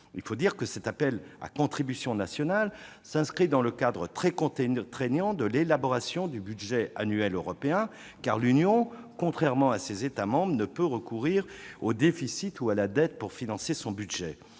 Il faut dire que cet appel à contribution nationale s'inscrit dans le cadre très contraint de l'élaboration du budget annuel européen, car l'Union, contrairement à ses États membres, ne peut pas recourir au déficit et à la dette pour se financer. De